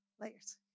layers